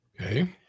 Okay